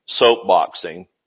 soapboxing